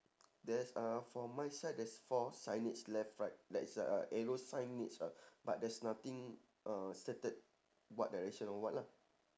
there's uh for my side there's four signage left right like is uh arrow signage uh but there's nothing uh stated what direction or what lah